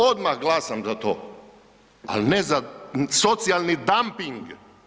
Odmah glasam za to, al ne za socijalni damping.